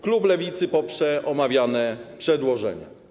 Klub Lewicy poprze omawiane przedłożenie.